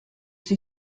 sie